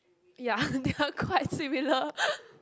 ya they are quite similar